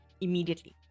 immediately